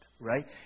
right